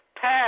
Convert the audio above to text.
pass